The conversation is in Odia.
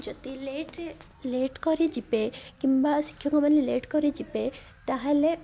ଯଦି ଲେଟ ଲେଟ୍ କରିଯିବେ କିମ୍ବା ଶିକ୍ଷକମାନେ ଲେଟ୍ କରିଯିବେ ତାହେଲେ